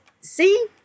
see